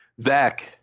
Zach